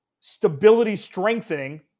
stability-strengthening